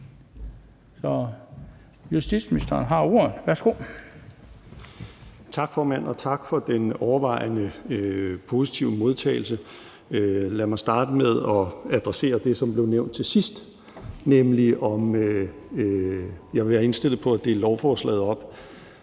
Justitsministeren (Nick Hækkerup): Tak, formand, og tak for den overvejende positive modtagelse. Lad mig starte med at adressere det, som blev nævnt til sidst, nemlig om jeg vil være indstillet på at dele lovforslaget op.